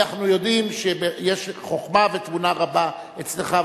אנחנו יודעים שיש חוכמה ותבונה רבה אצלך,